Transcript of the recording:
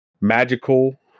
magical